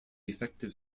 effective